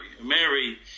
Mary